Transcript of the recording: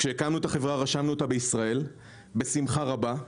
כשהקמנו את החברה רשמו אותה בישראל, בשמחה רבה,